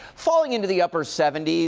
falling into the upper seventy s,